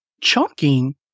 Chunking